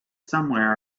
somewhere